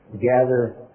gather